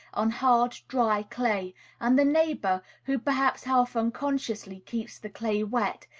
on hard, dry clay and the neighbor, who, perhaps half-unconsciously, keeps the clay wet,